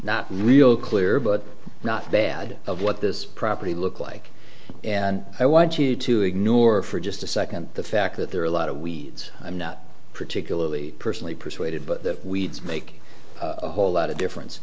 not real clear but not bad of what this property looked like and i want you to ignore for just a second the fact that there are a lot of we i'm not particularly personally persuaded but the weeds make a whole lot of difference